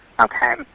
Okay